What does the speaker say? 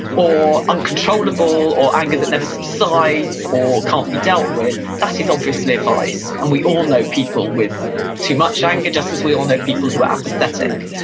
or uncontrollable, or anger that never subsides, or can't be dealt with, that is obviously a vice, and we all know people with too much anger, just as we all know people who are apathetic.